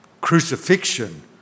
Crucifixion